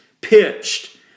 pitched